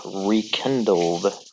rekindled